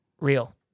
real